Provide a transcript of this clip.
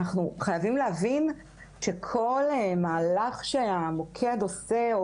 אנחנו חייבים להבין שכל מהלך שהמוקד עושה,